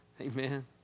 Amen